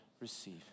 receive